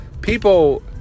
people